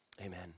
Amen